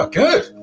good